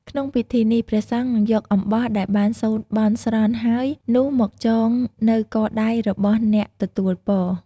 ក្នុងពិធីនេះ ព្រះសង្ឃនឹងយកអំបោះដែលបានសូត្របន់ស្រន់ហើយនោះមកចងនៅកដៃរបស់អ្នកទទួលពរ។